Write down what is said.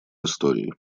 истории